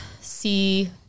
see